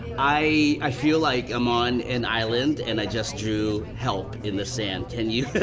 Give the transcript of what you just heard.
i feel like i'm on an island and i just drew help in the sand. can you